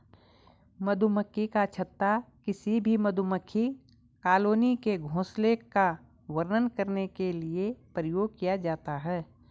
मधुमक्खी का छत्ता किसी भी मधुमक्खी कॉलोनी के घोंसले का वर्णन करने के लिए प्रयोग किया जाता है